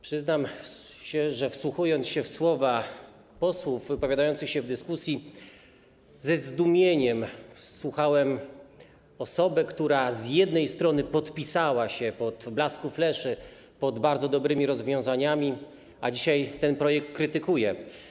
Przyznam, że wsłuchując się w słowa posłów wypowiadających się w dyskusji, ze zdumieniem słuchałem osoby, która z jednej strony podpisała się w blasku fleszy pod bardzo dobrymi rozwiązaniami, a dzisiaj ten projekt krytykuje.